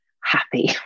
happy